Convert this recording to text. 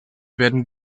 werden